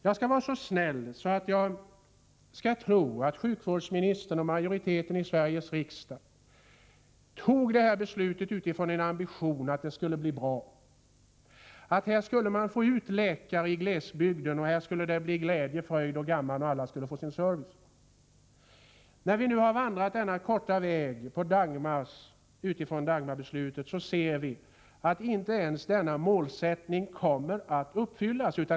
Jag skall vara så snäll att jag tror att sjukvårdsministern och majoriteten i Sveriges riksdag fattade detta beslut utifrån en ambition att det skulle bli bra, att man skulle få ut läkare i glesbygden, att det skulle bli glädje, fröjd och gamman och att alla skulle få sin service. När vi nu har vandrat denna korta väg efter Dagmarbeslutet, ser vi att denna målsättning inte kommer att uppfyllas.